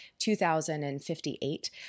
2058